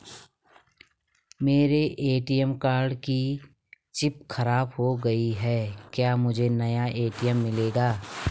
मेरे ATM card की chip खराब हो गयी है क्या मुझे नया ए.टी.एम मिलेगा?